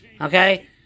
Okay